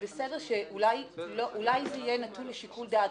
אולי זה יהיה נתון לשיקול דעת.